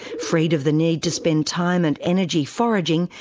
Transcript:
freed of the need to spend time and energy foraging,